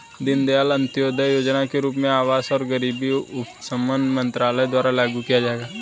दीनदयाल अंत्योदय योजना के रूप में आवास और गरीबी उपशमन मंत्रालय द्वारा लागू किया जाएगा